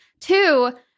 Two